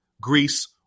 Greece